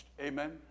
Amen